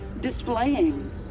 Displaying